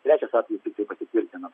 trečias atvejis tiktai pasitvirtina